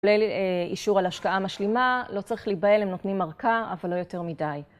כולל אישור על השקעה משלימה, לא צריך להיבהל, הם נותנים ארכה, אבל לא יותר מדי.